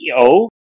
ceo